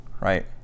Right